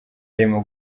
arimo